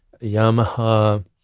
yamaha